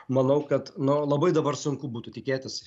manau kad nu labai dabar sunku būtų tikėtis